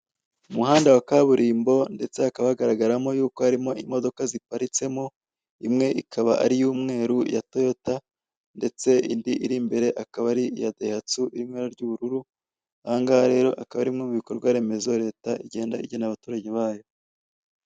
Umuhanda wa kaburimbo ndetse hakaba hagaragaramo yuko harimo imodoka ziparitsemo, imwe ikaba ari iy'umweru ya toyota ndetse indi iri imbere akaba ari iya dayihatsu iri mu ibara ry'ubururu, aha ngaha rero akaba ari bimwe mu bikorwaremezo Leta igenda igenera abaturage bayo.